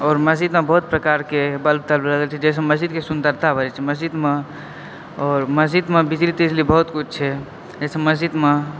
और मस्जिद मे बहुत प्रकार के बल्ब तल्ब लगल छै जाहिसँ मस्जिद के सुन्दरता बढ़ै छै मस्जिदमे और मस्जिदमे बिजली तिजली बहुतकिछु छै एहिसँ मस्जिदमे